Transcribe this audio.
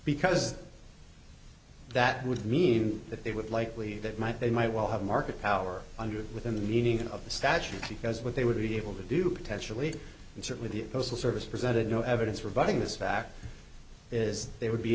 because that would mean that it would likely that might they might well have market power under within the meaning of the statute because what they would be able to do potentially insert with the postal service presented no evidence rebutting this fact is they would be